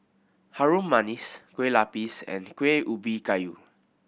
Harum Manis Kueh Lapis and Kuih Ubi Kayu